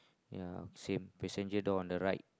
ya same passenger door on the right